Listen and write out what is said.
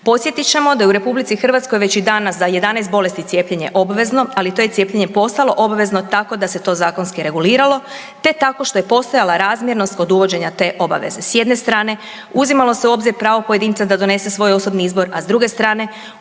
Podsjetit ćemo da je u RH već i danas za 11 bolesti cijepljenje obvezno, ali to je cijepljenje postalo obvezno tako da se to zakonski reguliralo, te tako što je postojala razmjernost kod uvođenja te obaveze. S jedne strane uzimalo se u obzir pravo pojedinca da donese svoj osobni izbor, a s druge strane